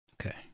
Okay